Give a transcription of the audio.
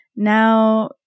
Now